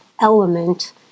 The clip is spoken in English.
element